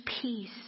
peace